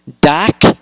Dak